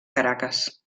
caracas